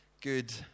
Good